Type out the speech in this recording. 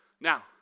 Now